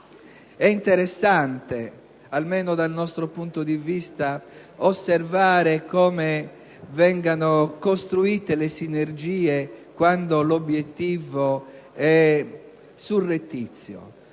È interessante, almeno dal nostro punto di vista, osservare come vengano costruite le sinergie quando l'obiettivo è surrettizio: